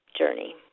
journey